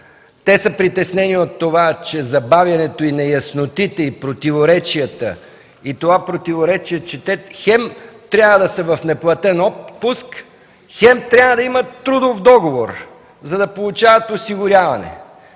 те са притеснени от забавянето, неяснотите и противоречията, че хем трябва да са в неплатен отпуск, хем трябва да имат трудов договор, за да получават осигуряване.